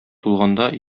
тулганда